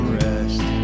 rest